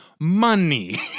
money